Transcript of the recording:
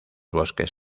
bosques